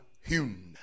hewn